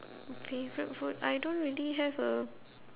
favourite food I don't really have a